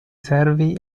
servi